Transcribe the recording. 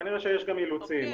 כנראה שיש גם אילוצים,